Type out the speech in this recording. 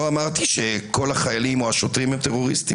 לא אמרתי שכל החיילים או השוטרים הם טרוריסטים.